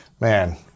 man